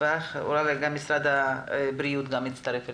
ואולי גם משרד הבריאות יצטרף אלינו.